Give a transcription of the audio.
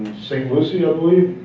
st. lucy i believe.